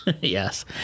Yes